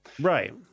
Right